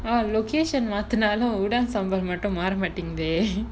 a location மாத்துனாலும்:maathunaalum udang sambal மட்டும் மாற மாட்டிங்குதே:mattum maara maatinguthae